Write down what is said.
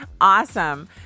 awesome